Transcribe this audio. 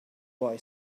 boy